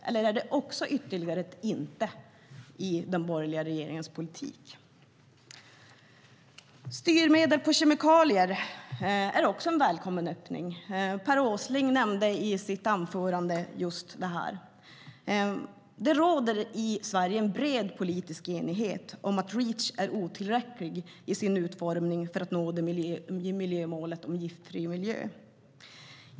Eller är det ytterligare ett inte i den borgerliga politiken? Styrmedel för kemikalier är en välkommen öppning. Per Åsling nämnde det i sitt anförande. Det råder i Sverige bred politisk enighet om att Reach är otillräcklig i dess nuvarande utformning för att nå miljömålet Giftfri miljö.